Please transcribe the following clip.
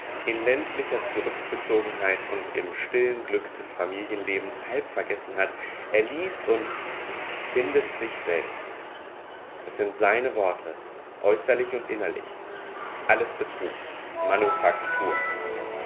in ländlicher zurückgezogenheit und im stillen glück des familienlebens halb vergessen hat er liest und findet sich selbst es sind seine worte äußerlich und innerlich alles betrug manufaktur